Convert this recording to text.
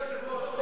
אדוני היושב-ראש,